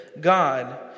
God